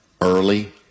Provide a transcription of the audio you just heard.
early